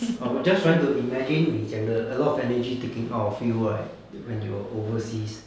I was just trying to imagine 你讲的 a lot of energy taking out of you right when you are overseas